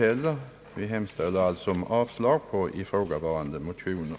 Jag hemställer alltså om avslag på ifrågavarande motioner.